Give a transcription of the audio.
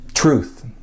Truth